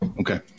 Okay